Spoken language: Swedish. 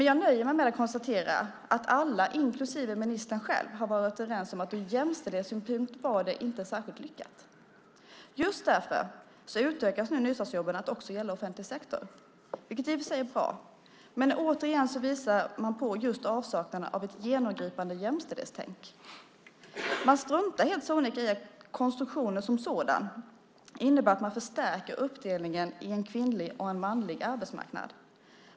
Jag nöjer mig med att konstatera att alla, inklusive ministern själv, har varit överens om att det ur jämställdhetssynpunkt inte var särskilt lyckat. Just därför utökas nu nystartsjobben till att också gälla offentlig sektor, vilket i och för sig är bra. Men återigen visar sig avsaknaden av genomgripande jämställdhetstänkande. Man struntar helt sonika i att konstruktionen som sådan innebär att man förstärker uppdelningen i en manlig och en kvinnlig arbetsmarknad.